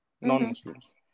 non-Muslims